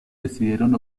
decidieron